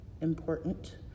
important